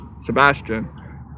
Sebastian